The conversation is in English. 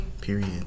period